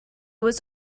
was